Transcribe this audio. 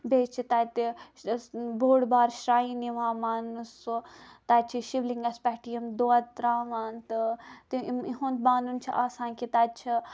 بییہِ چھِ تَتہِ بوٚڑ بارٕ شریِن یوان ماننہٕ سۄ تَتہِ چھِ شِولِنگس پٮ۪ٹھ یم دۄد تراوان تہٕ یِہُند مانُن چھُ آسان کہِ تَتہِ چھُ